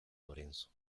lorenzo